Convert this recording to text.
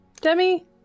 Demi